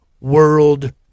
world